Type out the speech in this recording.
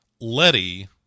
Letty